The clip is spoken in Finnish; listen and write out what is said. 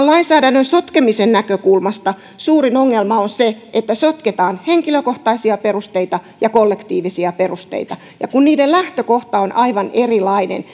lainsäädännön sotkemisen näkökulmasta suurin ongelma on se että sotketaan henkilökohtaisia perusteita ja kollektiivisia perusteita ja kun niiden lähtökohta on aivan erilainen